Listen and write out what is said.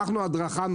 אנחנו נותנים הדרכה.